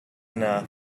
enough